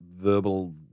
verbal